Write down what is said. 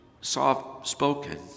soft-spoken